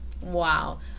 Wow